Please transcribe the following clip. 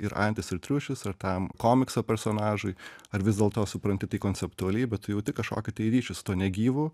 ir antis ir triušis ar tam komikso personažui ar vis dėlto supranti tai konceptualiai bet tu jauti kažkokį tai ryšį su tuo negyvu